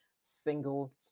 single